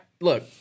Look